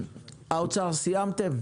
האוצר, סיימתם?